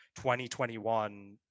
2021